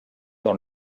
dans